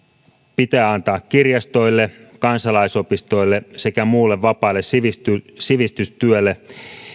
pitää antaa kirjastoille kansalaisopistoille sekä muulle vapaalle sivistystyölle sivistystyölle